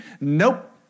Nope